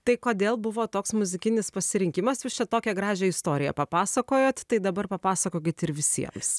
tai kodėl buvo toks muzikinis pasirinkimas jūs čia tokią gražią istoriją papasakojot tai dabar papasakokit ir visiems